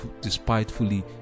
despitefully